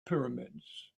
pyramids